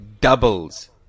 doubles